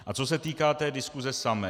A co se týká diskuze samé.